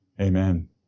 amen